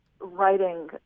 writing